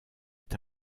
est